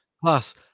plus